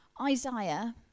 Isaiah